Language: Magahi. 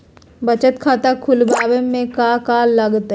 बचत खाता खुला बे में का का लागत?